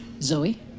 Zoe